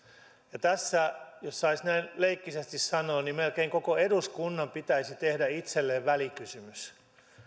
ja tässä jos saisi näin leikkisästi sanoa melkein koko eduskunnan pitäisi tehdä itselleen välikysymys